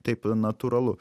taip natūralu